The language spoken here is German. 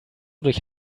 durch